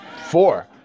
four